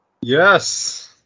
Yes